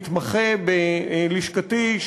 מתמחה בלשכתי,